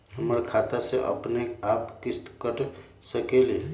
हमर खाता से अपनेआप किस्त काट सकेली?